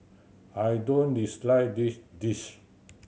I don't dislike this dish